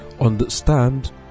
understand